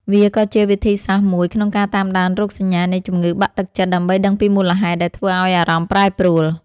វាក៏ជាវិធីសាស្ត្រមួយក្នុងការតាមដានរោគសញ្ញានៃជំងឺបាក់ទឹកចិត្ត ដើម្បីដឹងពីមូលហេតុដែលធ្វើឱ្យអារម្មណ៍ប្រែប្រួល។